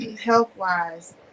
health-wise